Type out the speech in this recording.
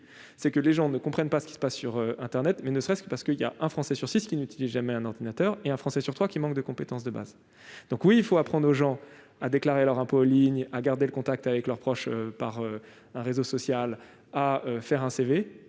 fait que les gens ne comprennent pas bien ce qui se passe sur internet, ne serait-ce que parce qu'un Français sur six n'utilise jamais un ordinateur et qu'un sur trois manque de compétences de base. Certes, il faut apprendre aux gens à déclarer leurs impôts en ligne, à garder le contact avec leurs proches sur un réseau social, à rédiger un.